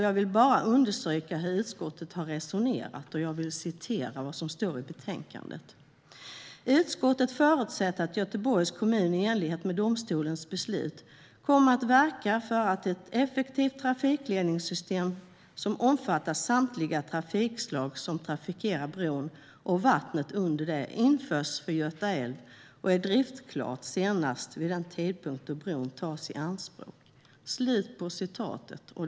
Jag vill bara understryka hur utskottet har resonerat genom att läsa ur betänkandet: "Utskottet förutsätter att Göteborgs kommun i enlighet med domstolens beslut kommer att verka för att ett effektivt trafikledningssystem som omfattar samtliga trafikslag som trafikerar bron och vattnet under den införs för Göta älv och är driftklart senast vid den tidpunkt då bron tas i anspråk."